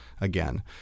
again